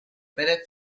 pere